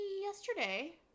yesterday